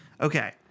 Okay